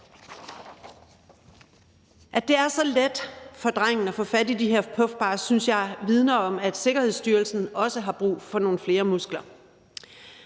At det er så let for drengen at få fat i de her puffbars, synes jeg vidner om, at Sikkerhedsstyrelsen også har brug for nogle flere muskler